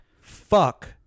fuck